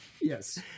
yes